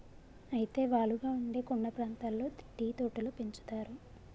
అయితే వాలుగా ఉండే కొండ ప్రాంతాల్లో టీ తోటలు పెంచుతారు